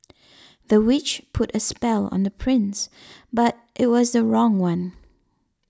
the witch put a spell on the prince but it was the wrong one